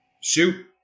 shoot